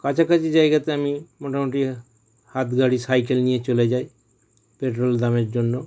কাছাকাছি জায়গাতে আমি মোটামুটি হাত গাড়ি সাইকেল নিয়ে চলে যাই পেট্রোল দামের জন্য